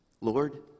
Lord